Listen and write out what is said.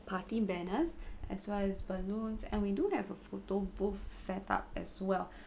party banners as well as balloons and we do have a photo booth set up as well